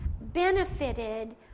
benefited